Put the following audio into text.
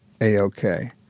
A-OK